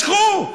משכו.